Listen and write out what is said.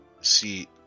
see